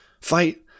fight